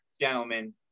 gentlemen